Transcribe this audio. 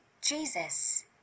Jesus